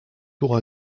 tour